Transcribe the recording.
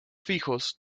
fijos